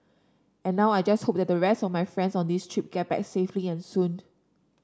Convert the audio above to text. and now I just hope that the rest of my friends on this trip get back safely and soon